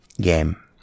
game